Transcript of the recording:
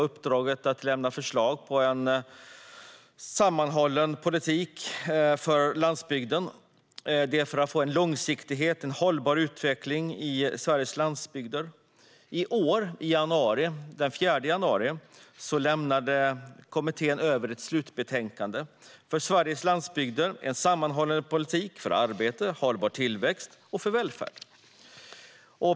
Uppdraget var att lämna förslag till en sammanhållen politik för landsbygden för att få en långsiktighet och en hållbar utveckling i Sveriges landsbygder. Den 4 januari i år lämnade kommittén över ett slutbetänkande: För Sveriges landsbygder - en sammanhållen politik för arbete, hållbar tillväxt och välfärd .